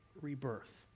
rebirth